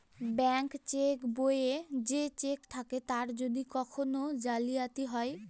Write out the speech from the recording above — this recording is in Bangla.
ব্যাঙ্ক চেক বইয়ে যে চেক থাকে তার যদি কখন জালিয়াতি হয়